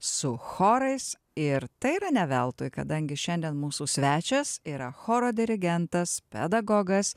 su chorais ir tai yra ne veltui kadangi šiandien mūsų svečias yra choro dirigentas pedagogas